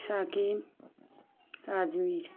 সাকম রাজমীর